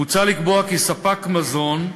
מוצע לקבוע כי ספק מזון,